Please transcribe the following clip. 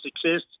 success